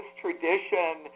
tradition